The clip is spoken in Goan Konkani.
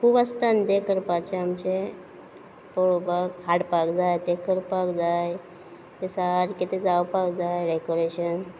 खूब आसता न्ही तें करपाचें आमचें पळोपाक हाडपाक जाय तें करपाक जाय तें सारकें जावपाक जाय डेकोरेशन